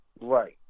right